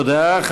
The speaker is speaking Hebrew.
תודה.